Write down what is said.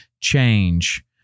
change